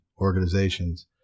organizations